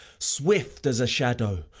swift as a shadow,